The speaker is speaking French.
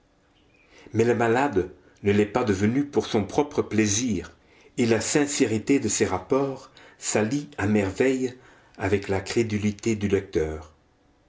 mais le malade ne l'est pas devenu pour son propre plaisir et la sincérité de ses rapports s'allie à merveille avec la crédulité du lecteur